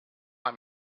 i’m